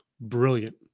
Brilliant